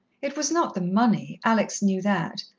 it was not the money, alex knew that.